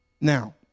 Now